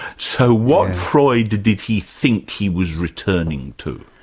so what freud did did he think he was returning to?